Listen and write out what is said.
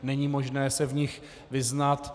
Není možné se v nich vyznat.